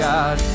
God